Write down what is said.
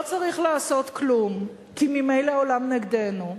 צריך לעשות כלום כי ממילא העולם נגדנו,